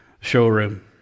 showroom